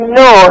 no